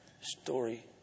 story